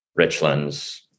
Richlands